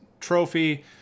trophy